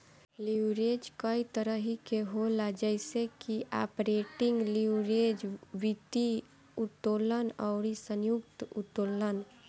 leverage कई तरही के होला जइसे की आपरेटिंग लीवरेज, वित्तीय उत्तोलन अउरी संयुक्त उत्तोलन